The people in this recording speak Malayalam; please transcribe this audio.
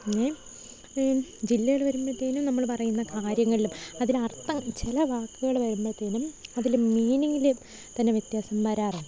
ഇനി ഈ ജില്ലകള് വരുമ്പോഴത്തേനും നമ്മള് പറയുന്ന കാര്യങ്ങളിലും അതിലർത്ഥം ചില വാക്കുകള് വരുമ്പോഴത്തേനും അതില് മീനിംഗില് തന്നെ വ്യത്യാസം വരാറുണ്ട്